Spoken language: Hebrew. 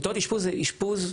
מיטות אשפוז זה אשפוז,